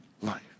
life